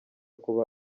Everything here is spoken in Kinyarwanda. kuba